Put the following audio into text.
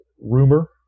rumor